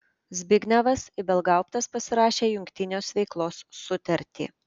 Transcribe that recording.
zbignevas ibelgauptas pasirašė jungtinės veiklos sutartį